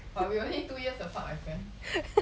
but we only two years apart my friend